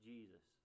Jesus